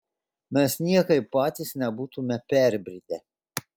mes niekaip patys nebūtume perbridę